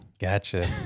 Gotcha